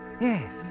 Yes